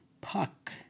puck